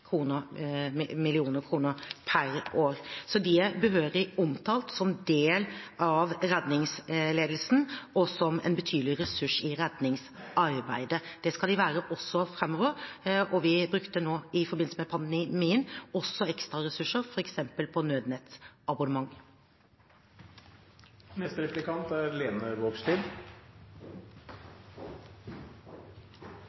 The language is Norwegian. per år, så de er behørig omtalt som del av redningsledelsen og som en betydelig ressurs i redningsarbeidet. Det skal de være også framover, og vi brukte nå i forbindelse med pandemien også ekstra ressurser f.eks. på